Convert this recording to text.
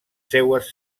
seues